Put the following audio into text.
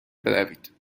بروید